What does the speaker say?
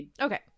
Okay